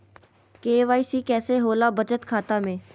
KYC कैसे होला बचत खाता में?